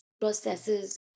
processes